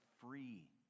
free